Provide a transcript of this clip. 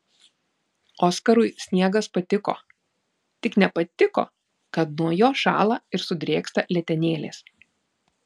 oskarui sniegas patiko tik nepatiko kad nuo jo šąla ir sudrėksta letenėlės